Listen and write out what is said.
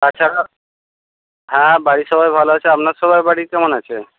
তাছাড়া হ্যাঁ বাড়ির সবাই ভালো আছে আপনার সবাই বাড়ির কেমন আছে